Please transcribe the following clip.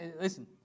Listen